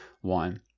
one